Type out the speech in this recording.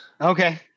Okay